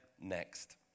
next